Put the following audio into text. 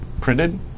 printed